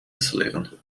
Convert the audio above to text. installeren